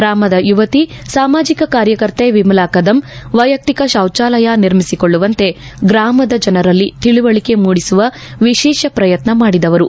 ಗ್ರಾಮದ ಯುವತಿ ಸಾಮಾಜಿಕ ಕಾರ್ಯಕರ್ತೆ ವಿಮಲಾ ಕದಮ್ ವೈಯಕ್ತಿಕ ಶೌಚಾಲಯ ನಿರ್ಮಿಸಿಕೊಳ್ಳುವಂತೆ ಗ್ರಾಮದ ಜನರಲ್ಲಿ ತಿಳಿವಳಿಕೆ ಮೂಡಿಸುವ ವಿಶೇಷ ಪ್ರಯತ್ನ ಮಾಡಿದವರು